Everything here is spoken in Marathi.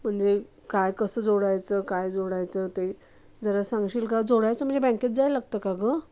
म्हणजे काय कसं जोडायचं काय जोडायचं ते जरा सांगशील का जोडायचं म्हणजे बँकेत जायला लागतं का गं